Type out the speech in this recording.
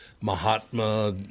Mahatma